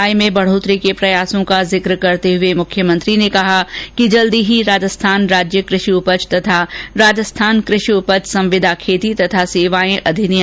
किसानों में आय में बढोतरी के प्रयासों का जिक करते हुए मुख्यमंत्री ने कहा कि जल्द ही राजस्थान राज्य कृषि उपज तथा राजस्थान कृषि उपज संविदा खेती तथा सेवायें अधिनियम लाये जायेंगे